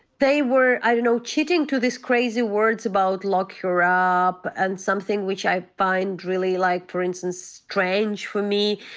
they were i know chanting to this crazy words about lock her up, and something which i find really, like, for instance, strange for me,